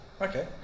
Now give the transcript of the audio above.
okay